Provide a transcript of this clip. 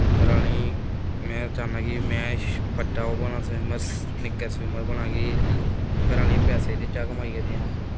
घरै आह्लें ई में चाह्न्नां कि में बड्डा ओह् बना स्विमर निग्गर स्विमर बना कि घर आह्लें गी पैसे भेजा एह्दे चा गै कमाइयै देआं